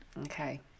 okay